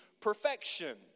perfection